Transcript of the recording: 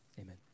Amen